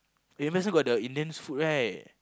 eh here also got the Indian food right